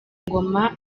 ingoma